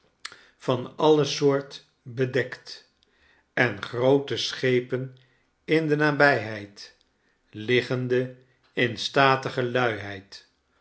van alie soort bedekt en groote schepen in de nabijheid liggende in statige luiheid